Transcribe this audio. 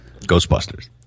Ghostbusters